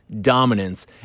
dominance